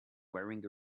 wearing